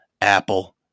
Apple